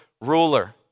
ruler